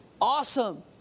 Awesome